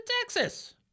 Texas